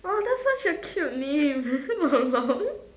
oh that's such a cute name long long